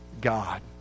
God